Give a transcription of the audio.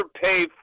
pay